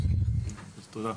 תודה רבה,